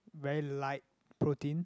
very light protein